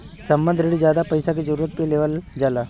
संबंद्ध रिण जादा पइसा के जरूरत पे लेवल जाला